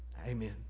Amen